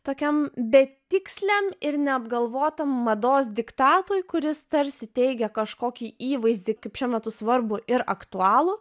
tokiam betiksliam ir neapgalvotam mados diktatui kuris tarsi teigia kažkokį įvaizdį kaip šiuo metu svarbu ir aktualu